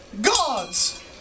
Gods